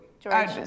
George